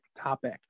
topic